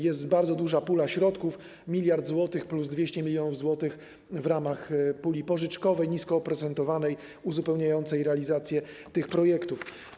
Jest bardzo duża pula środków: 1 mld zł plus 200 mln zł w ramach puli pożyczkowej, niskooprocentowanej, uzupełniającej realizację tych projektów.